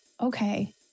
okay